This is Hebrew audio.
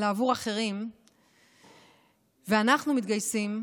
אלא עבור אחרים ואנחנו מתגייסים,